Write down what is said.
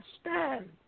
stand